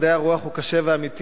המשבר של מדעי הרוח הוא קשה ואמיתי,